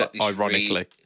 Ironically